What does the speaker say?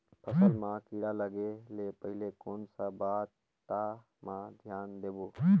फसल मां किड़ा लगे ले पहले कोन सा बाता मां धियान देबो?